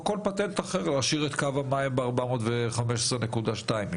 השארת קו המים ב-415.2 ועוד.